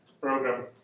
program